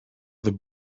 the